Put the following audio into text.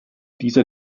dieser